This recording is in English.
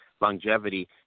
longevity